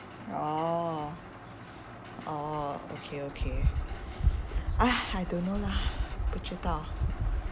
oh oh okay okay ah I don't know lah 不知道